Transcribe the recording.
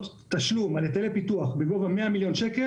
תשלום על היטלי פיתוח בגובה 100,000,000 ₪,